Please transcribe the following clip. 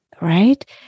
right